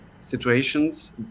situations